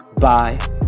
Bye